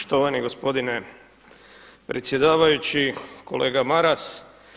Poštovani gospodine predsjedavajući, kolega Maras.